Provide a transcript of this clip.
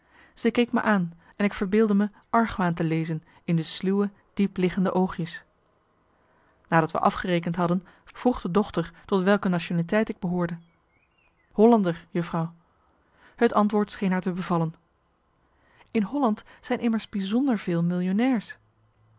zij keek me aan en ik verbeeldde me argwaan te lezen in de sluwe diepliggende oogjes nadat we afgerekend hadden vroeg de dochter tot welke nationaliteit ik behoorde hollander juffrouw het antwoord scheen haar te bevallen in holland zijn immers bijzonder veel millionairs